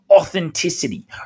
authenticity